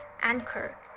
Anchor